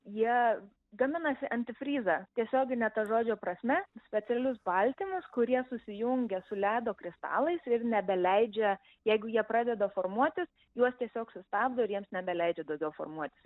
jie gaminasi antifryzą tiesiogine ta žodžio prasme specialius baltymus kurie susijungia su ledo kristalais ir nebeleidžia jeigu jie pradeda formuotis juos tiesiog sustabdo ir jiems nebeleidžia daugiau formuotis